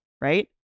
right